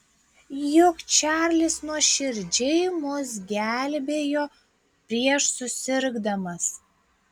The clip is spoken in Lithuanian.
juk čarlis nuoširdžiai mus gelbėjo prieš susirgdamas